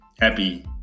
happy